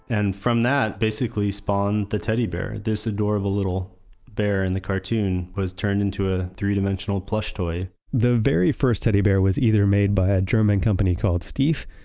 and from that, basically, spawned the teddy bear. this adorable little bear in the cartoon was turned into a three-dimensional plush toy the very first teddy bear was either made by a german company called steiff,